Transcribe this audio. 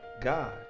God